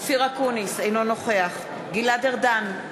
אינו נוכח גלעד ארדן,